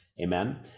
amen